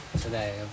today